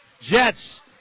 Jets